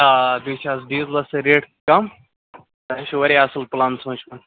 آ بیٚیہِ چھِ اَز ڈِزلس تہِ ریٹ کَم تۅہے چھُ وارِیاہ اَصٕل پُلان سوٗنٛچمُت